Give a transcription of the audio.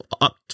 up